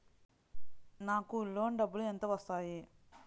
నాకు లోన్ డబ్బులు ఎంత వస్తాయి?